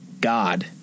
god